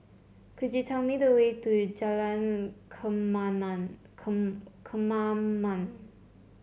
could you tell me the way to Jalan Kemaman